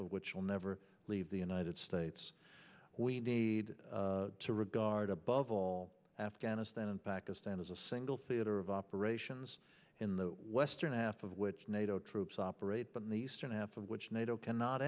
of which will never leave the united states we need to regard above all afghanistan and pakistan as a single theater of operations in the western half of which nato troops operate but in the eastern half of which nato cannot